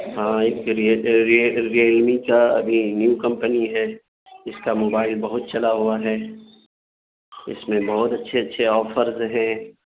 ہاں ایک ریلمی کا ابھی نیو کمپنی ہے اس کا موبائل بہت چلا ہوا ہے اس میں بہت اچھے اچھے آفرز ہیں